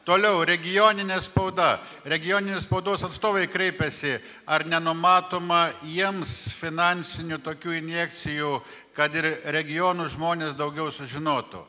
toliau regioninė spauda regioninės spaudos atstovai kreipėsi ar nenumatoma jiems finansinių tokių injekcijų kad ir regionų žmonės daugiau sužinotų